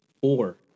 four